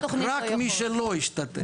רק מי שלא השתתף.